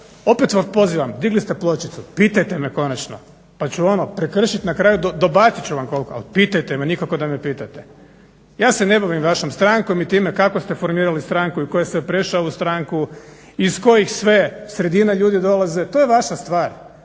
opet vas pozivam digli ste pločicu, pitajte me konačno, pa ću ono prekršiti na kraju dobacit ću koliko. Ali pitajte me, nikako da me pitate. Ja se ne bavim vašom strankom i time kako ste formirali stranku i tko je sve prešao u stranku, iz kojih sve sredina ljudi dolaze, to je vaša stvar.